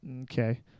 Okay